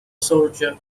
soldier